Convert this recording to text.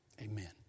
Amen